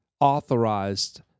authorized